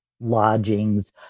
lodgings